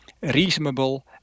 reasonable